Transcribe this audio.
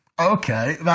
Okay